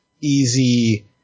easy